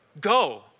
Go